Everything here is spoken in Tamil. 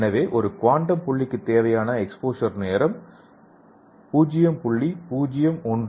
எனவே ஒரு குவாண்டம் புள்ளிக்கு தேவையான எக்ஸ்போஷர் நேரம் 0